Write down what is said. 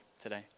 today